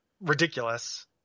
ridiculous